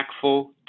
impactful